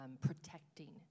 protecting